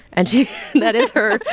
and that is her.